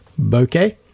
bokeh